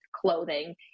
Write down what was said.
clothing